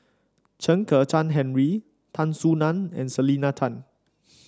Chen Kezhan Henri Tan Soo Nan and Selena Tan